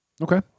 Okay